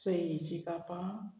सोयेचीं कापां